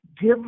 give